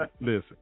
listen